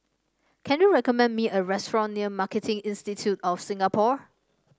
can you recommend me a restaurant near Marketing Institute of Singapore